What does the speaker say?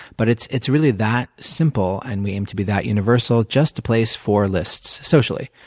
but it's it's really that simple and we aim to be that universal just a place for lists, socially.